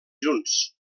junts